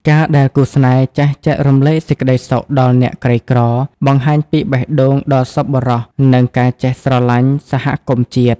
ការដែលគូស្នេហ៍ចេះ "ចែករំលែកសេចក្ដីសុខដល់អ្នកក្រីក្រ" បង្ហាញពីបេះដូងដ៏សប្បុរស និងការចេះស្រឡាញ់សហគមន៍ជាតិ។